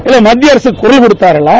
இல்லைத்திய அரசுக்குதால் கொடுத்தார்களா